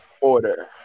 Order